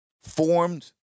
formed